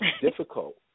difficult